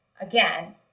again